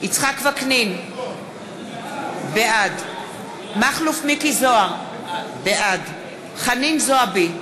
יצחק וקנין, בעד מכלוף מיקי זוהר, בעד חנין זועבי,